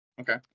Okay